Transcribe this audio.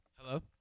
Hello